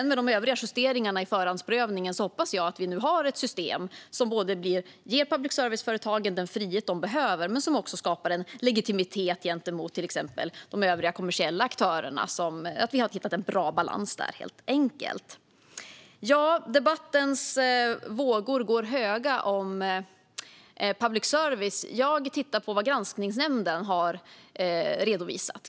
Med de övriga justeringarna i förhandsprövningen hoppas jag att vi nu har hittat en bra balans och ett system som både ger public service-företagen den frihet de behöver och skapar en legitimitet gentemot till exempel de övriga kommersiella aktörerna. Debattens vågor går höga om public service. Jag tittar på vad Granskningsnämnden har redovisat.